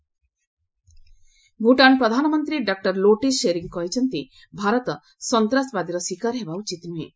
Bhutan PM Bhutan ପ୍ରଧାନମନ୍ତ୍ରୀ doctor Lotay Tshering କହିଛନ୍ତି ଭାରତ ସନ୍ତାସବାଦର ଶିକାର ହେବା ଉଚିତ ନୁହେଁ